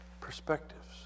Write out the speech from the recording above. perspectives